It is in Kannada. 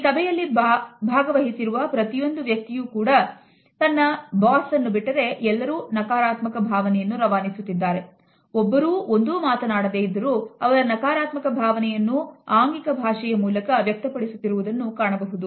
ಈ ಸಭೆಯಲ್ಲಿ ಭಾಗವಹಿಸಿರುವ ಪ್ರತಿಯೊಂದು ವ್ಯಕ್ತಿಯೂ ಕೂಡ ತನ್ನ boss ಅನ್ನು ಬಿಟ್ಟರೆ ಎಲ್ಲರೂ ನಕಾರಾತ್ಮಕ ಭಾವನೆಯನ್ನು ರವಾನಿಸುತ್ತಿದ್ದಾರೆ